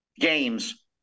games